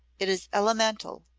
it is elemental.